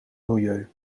milieu